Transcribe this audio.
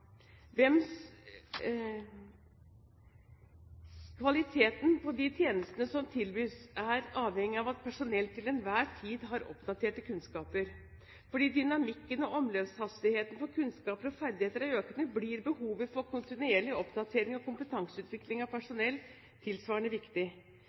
avhengig av at personellet til enhver tid har oppdaterte kunnskaper. Fordi dynamikken og omløpshastigheten for kunnskaper og ferdigheter er økende, blir behovet for kontinuerlig oppdatering og kompetanseutvikling av